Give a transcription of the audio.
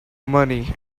money